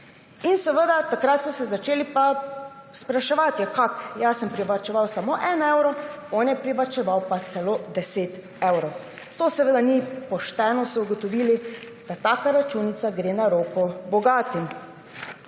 In takrat so se začeli pa spraševati, ja kako, jaz sem privarčeval samo en evro, on je privarčeval pa celo 10 evrov. To seveda ni pošteno, so ugotovili, ker gre taka računica na roko bogatim.